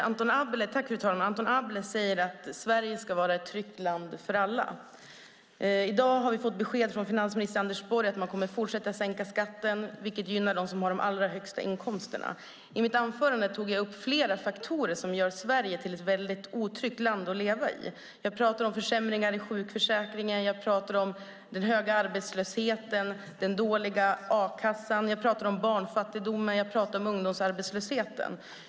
Fru talman! Anton Abele säger att Sverige ska vara ett tryggt land för alla. I dag har vi fått besked från finansminister Anders Borg att man kommer att fortsätta sänka skatten, vilket gynnar dem som har de allra högsta inkomsterna. I mitt anförande tog jag upp flera faktorer som gör Sverige till ett väldigt otryggt land att leva i. Jag pratade om försämringar i sjukförsäkringen. Jag pratade om den höga arbetslösheten och den dåliga a-kassan. Jag pratade om barnfattigdomen. Jag pratade om ungdomsarbetslösheten.